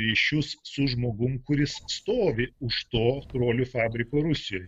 ryšius su žmogum kuris stovi už to trolių fabriko rusijoj